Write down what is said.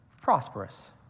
prosperous